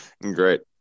great